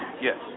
Yes